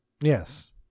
Yes